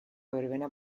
verbena